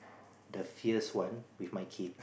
the fierce one with my kid